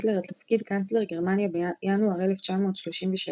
היטלר לתפקיד קנצלר גרמניה בינואר 1933,